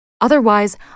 Otherwise